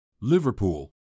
Liverpool